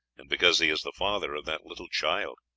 and because he is the father of that little child.